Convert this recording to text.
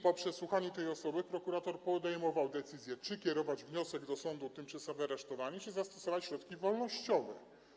Po przesłuchaniu tej osoby prokurator podejmował decyzję, czy kierować wniosek do sądu o tymczasowe aresztowanie, czy zastosować środki wolnościowe.